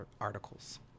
articles